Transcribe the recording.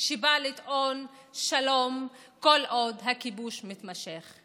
שבא לטעון שלום כל עוד הכיבוש מתמשך.